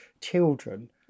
children